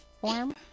form